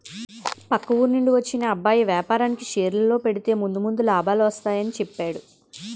పక్క ఊరి నుండి వచ్చిన అబ్బాయి వేపారానికి షేర్లలో పెడితే ముందు ముందు లాభాలు వస్తాయని చెప్పేడు